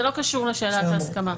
זה לא קשור לשאלת ההסכמה.